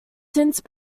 since